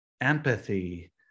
empathy